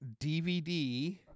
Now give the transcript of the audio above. DVD